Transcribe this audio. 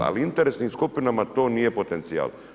Ali interesnim skupinama to nije potencije.